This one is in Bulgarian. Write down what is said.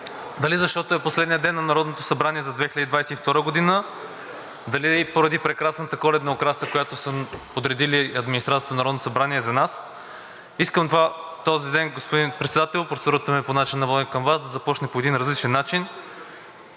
Дали защото е последният ден на Народното събрание за 2022 г., дали поради прекрасната коледна украса, която са подредили администрацията на Народното събрание за нас, искам този ден, господин Председател, процедурата ми е по начина на водене към Вас, да започне по един различен начин.